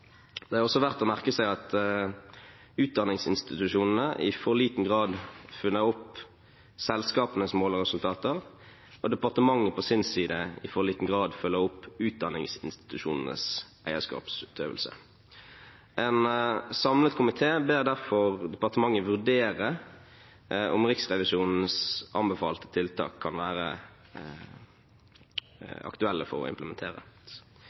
Det er også verdt å merke seg at utdanningsinstitusjonene i for liten grad følger opp selskapenes mål og resultater, og at departementet, på sin side, i for liten grad følger opp utdanningsinstitusjonenes eierskapsutøvelse. En samlet komité ber derfor departementet vurdere om Riksrevisjonens anbefalte tiltak kan være aktuelle å implementere.